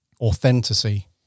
authenticity